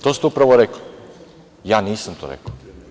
To ste upravo rekli, ja nisam to rekao.